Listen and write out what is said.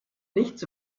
nichts